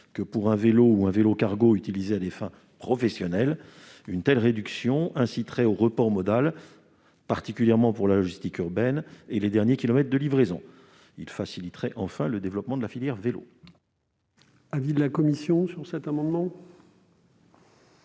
que pour un vélo ou un vélo-cargo utilisé à des fins professionnelles. Une telle réduction inciterait au report modal, particulièrement pour la logistique urbaine et les derniers kilomètres de livraison. Elle faciliterait enfin le développement de la filière du vélo. Quel est l'avis de la commission ? Le secteur